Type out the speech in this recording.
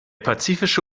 pazifische